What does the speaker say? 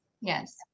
Yes